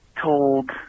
told